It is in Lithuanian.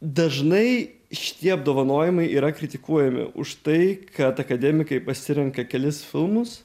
dažnai šitie apdovanojimai yra kritikuojami už tai kad akademikai pasirenka kelis filmus